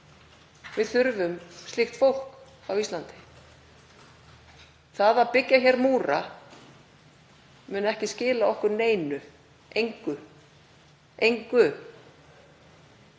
Við þurfum slíkt fólk á Íslandi. Það að byggja hér múra mun ekki skila okkur neinu. Engu.